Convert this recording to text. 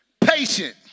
patient